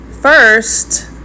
First